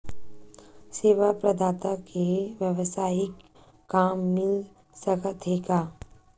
सेवा प्रदाता के वेवसायिक काम मिल सकत हे का?